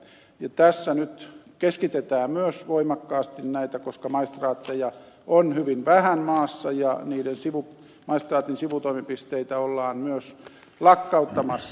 tässä nyt keskitetään myös voimakkaasti maistraatteja koska niitä on hyvin vähän maassa ja maistraatin sivutoimipisteitä ollaan myös lakkauttamassa